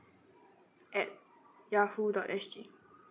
at yahoo dot S G